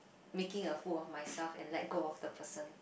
making a fool of myself and let go of the person